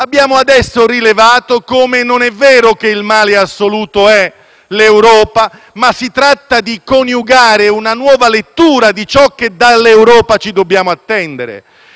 l'Europa ma si tratta di coniugare una nuova lettura di ciò che dall'Europa ci dobbiamo attendere. Mettiamo in discussione la qualità e la quantità della cittadinanza europea,